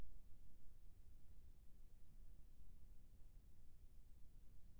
ग्राहक सेवा केंद्र म मोर पैसा नई निकलत हे, ओकर बर का करना पढ़हि?